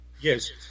yes